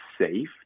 safe